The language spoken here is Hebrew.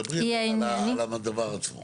דברי על הדבר עצמו.